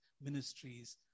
ministries